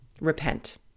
repent